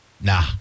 Nah